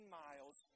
miles